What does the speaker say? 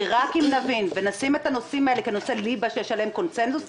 כי רק אם נבין ונשים את הנושאים האלה כנושאי ליבה שיש עליהם קונצנזוס,